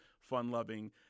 fun-loving